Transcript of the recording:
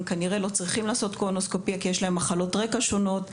צריכים לעשות קולונוסקופיה בגלל מחלות רקע שונות,